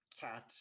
cat